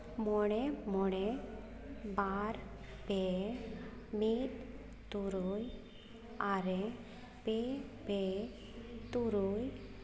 ᱢᱚᱬᱮ ᱢᱚᱬᱮ ᱵᱟᱨ ᱯᱮ ᱢᱤᱫ ᱛᱩᱨᱩᱭ ᱟᱨᱮ ᱯᱮ ᱯᱮ ᱛᱩᱨᱩᱭ